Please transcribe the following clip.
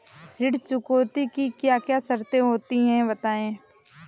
ऋण चुकौती की क्या क्या शर्तें होती हैं बताएँ?